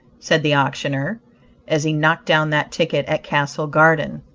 said the auctioneer, as he knocked down that ticket at castle garden.